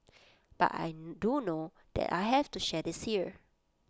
but I do know that I have to share this here